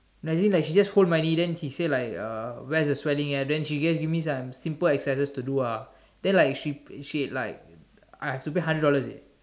like she just hold my knee then she say like uh where is the swelling at then she gave me some simple exercises to do ah then like she she like I have to pay a hundred dollars eh